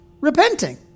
repenting